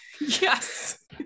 yes